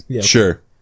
sure